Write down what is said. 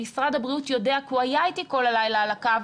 משרד הבריאות יודע כי הוא היה איתי כל הלילה על הקו,